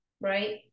right